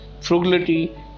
frugality